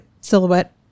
silhouette